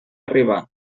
arribar